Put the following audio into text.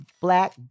black